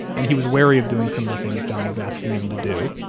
and he was wary of doing some of the things john was asking him to do.